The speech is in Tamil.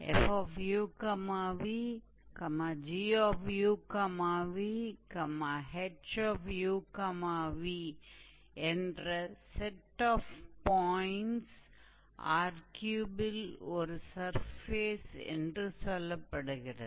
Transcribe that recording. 𝑓𝑢𝑣 𝑔𝑢𝑣 ℎ𝑢𝑣 என்ற செட் ஆஃப் பாயிண்ட்ஸை 𝑅3 இல் ஒரு சர்ஃபேஸ் என்று சொல்லப்படுகிறது